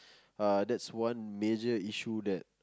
uh that's one major issue that